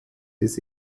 des